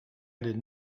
did